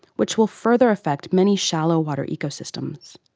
which will further affect many shallow water ecosystems.